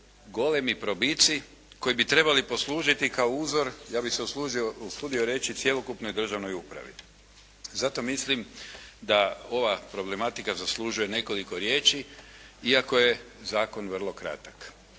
golemi probici koji bi trebali poslužiti kao uzor ja bih se usudio reći cjelokupnoj državnoj upravi. Zato mislim da ova problematika zaslužuje nekoliko riječi iako je zakon vrlo kratak.